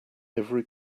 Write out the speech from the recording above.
every